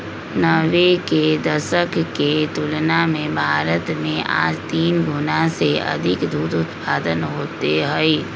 नब्बे के दशक के तुलना में भारत में आज तीन गुणा से अधिक दूध उत्पादन होते हई